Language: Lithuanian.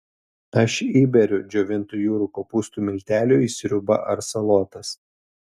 aš įberiu džiovintų jūrų kopūstų miltelių į sriubą ar salotas